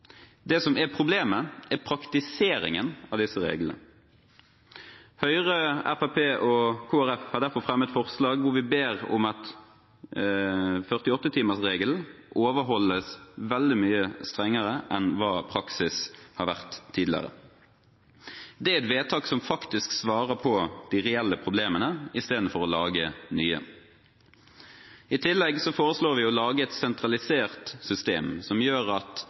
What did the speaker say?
Det som er problemet, er praktiseringen av disse reglene. Høyre, Fremskrittspartiet og Kristelig Folkeparti har derfor fremmet forslag hvor vi ber om at 48-timersregelen overholdes veldig mye strengere enn hva praksis har vært tidligere. Det er forslag til vedtak som faktisk svarer på de reelle problemene istedenfor å lage nye. I tillegg foreslår vi å lage et sentralisert system som gjør at